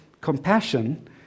compassion